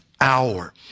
hour